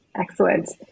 excellent